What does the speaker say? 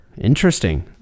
interesting